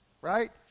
right